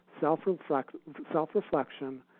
self-reflection